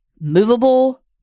movable